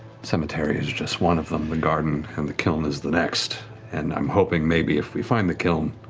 cemetery is just one of them, the garden and the kiln is the next and i'm hoping maybe if we find the kiln,